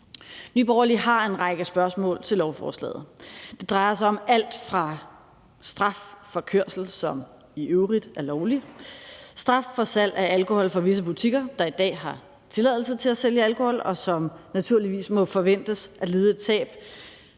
Nye Borgerlige har en række spørgsmål til lovforslaget. Det drejer sig om alt fra straf for kørsel, som i øvrigt er lovlig, straf for salg af alkohol fra visse butikker, der i dag har tilladelse til at sælge alkohol, og som naturligvis må forventes at lide et tab,